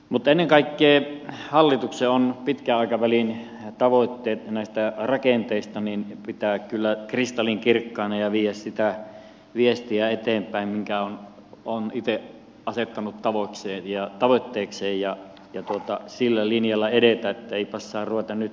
mutta ennen kaikkea hallituksen on pitkän aikavälin tavoitteet näistä rakenteista pidettävä kyllä kristallinkirkkaina ja vietävä sitä viestiä eteenpäin minkä on itse asettanut tavoitteekseen ja sillä linjalla edettävä että ei passaa ruveta nyt soutamaan eikä huopaamaan